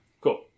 Cool